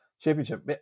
championship